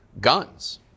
guns